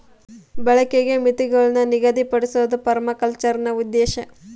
ಬಳಕೆಗೆ ಮಿತಿಗುಳ್ನ ನಿಗದಿಪಡ್ಸೋದು ಪರ್ಮಾಕಲ್ಚರ್ನ ಉದ್ದೇಶ